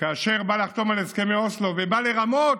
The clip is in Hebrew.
כאשר בא לחתום על הסכמי אוסלו ובא לרמות,